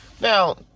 now